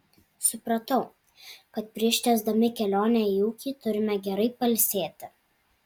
supratau kad prieš tęsdami kelionę į ūkį turime gerai pailsėti